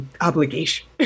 obligation